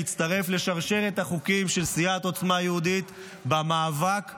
והוא יצטרף לשרשרת החוקים של סיעת עוצמה יהודית במאבק בטרור.